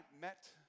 met